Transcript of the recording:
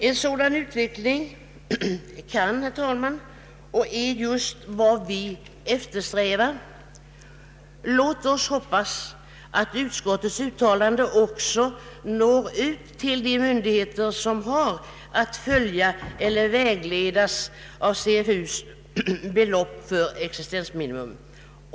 En sådan utveckling, herr talman, är just vad vi eftersträvar. Låt oss hoppas att utskottets uttalande också når ut till de myndigheter som har att följa eller vägledas av CFU:s belopp för existensminimum.